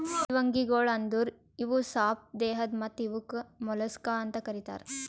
ಮೃದ್ವಂಗಿಗೊಳ್ ಅಂದುರ್ ಇವು ಸಾಪ್ ದೇಹದ್ ಮತ್ತ ಇವುಕ್ ಮೊಲಸ್ಕಾ ಅಂತ್ ಕರಿತಾರ್